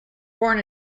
born